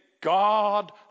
God